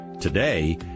Today